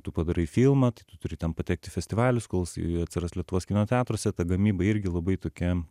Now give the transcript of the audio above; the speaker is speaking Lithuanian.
tu padarai filmą tai tu turi ten patekt į festivalius kol jisai atsiras lietuvos kino teatruose ta gamyba irgi labai tokia